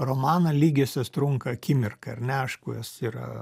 romaną lygiosios trunka akimirką ar ne aišku jos yra